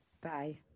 Bye